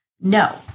no